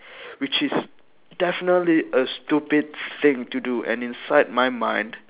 which is definitely a stupid thing to do and inside my mind